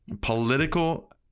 political